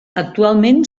actualment